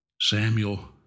Samuel